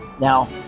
Now